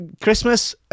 Christmas